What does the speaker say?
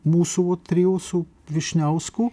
mūsų va trijų su vyšniausku